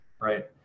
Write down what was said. Right